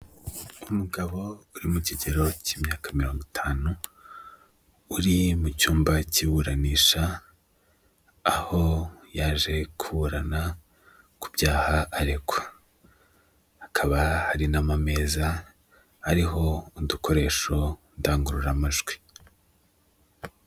Umugabo uri mu kigero cy'imyaka mirongo itanu, uri mu cyumba cy'iburanisha, aho yaje kuburana ku byaha aregwa. Hakaba hari n'ama meza ariho udukoresho ndangururamajwi.